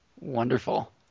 Wonderful